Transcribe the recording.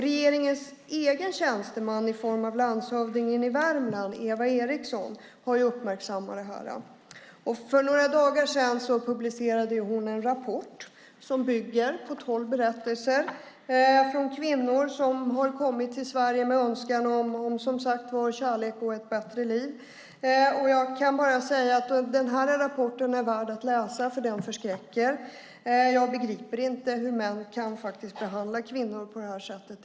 Regeringens egen tjänsteman i form av landshövdingen i Värmland, Eva Eriksson, har uppmärksammat detta. För några dagar sedan publicerade hon en rapport som bygger på tolv berättelser från kvinnor som har kommit till Sverige med önskan om kärlek och ett bättre liv. Jag kan bara säga att den här rapporten är värd att läsa, för den förskräcker. Jag begriper inte hur män kan behandla kvinnor på det här sättet.